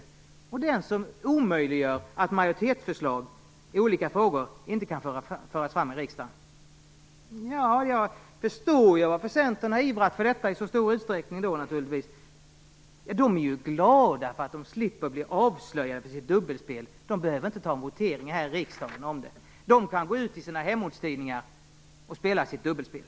Det är ju den som omöjliggör att majoritetsförslag kan föras fram i riksdagen. Jag förstår varför Centern har ivrat för detta i så stor utsträckning. De är glada för att de slipper bli avslöjade i sitt dubbelspel. De behöver inte ta en votering i riksdagen om det. De kan gå ut i sina hemortstidningar och spela sitt dubbelspel.